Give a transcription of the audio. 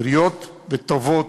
בריאות וטֹבות",